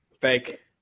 Fake